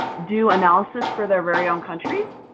do analysis for their very own countries?